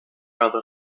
other